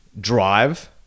drive